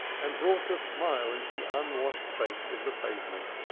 and brought a smile into the unwashed face of the pavement.